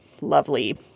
lovely